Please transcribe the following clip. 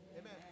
Amen